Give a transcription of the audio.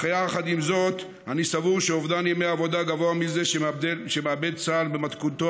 אך יחד עם זאת אני סבור שאובדן ימי עבודה גבוה מזה שמאבד צה"ל במתכונתו